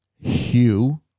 Hugh